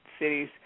cities